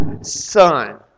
son